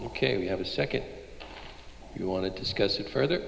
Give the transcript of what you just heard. ok we have a second do you want to discuss it further